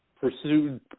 pursued